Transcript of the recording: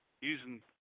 using